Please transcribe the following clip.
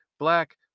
Black